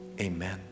amen